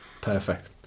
Perfect